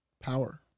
Power